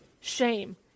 shame